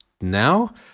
now